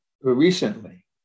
recently